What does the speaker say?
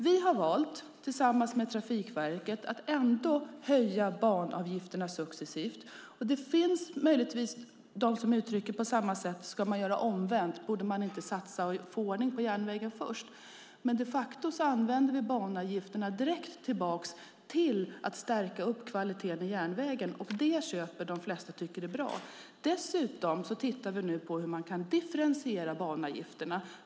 Vi har valt tillsammans med Trafikverket att ändå höja banavgifterna successivt. Det finns möjligtvis de som på samma sätt uttrycker: Ska man göra omvänt? Borde man inte satsa och få ordning på järnvägen först? Men vi använder banavgifterna direkt tillbaka för att stärka kvaliteten i järnvägen. Det köper de flesta och tycker är bra. Dessutom tittar vi nu på hur man kan differentiera banavgifterna.